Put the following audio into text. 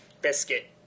biscuit